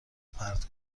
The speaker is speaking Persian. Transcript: پرت